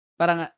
parang